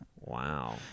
Wow